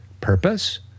purpose